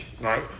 Right